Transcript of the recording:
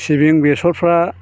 सिबिं बेसरफ्रा